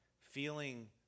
feeling